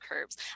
curves